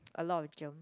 a lot of germ